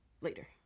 later